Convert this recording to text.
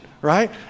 right